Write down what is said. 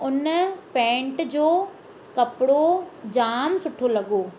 उन पैंट जो कपिड़ो जाम सुठो लॻो